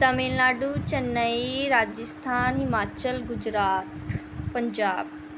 Tamil Nadu Chennai Rajasthan Himachal Gujarat Punjab